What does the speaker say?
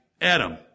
Adam